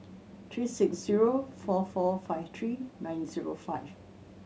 three six zero four four five three nine zero five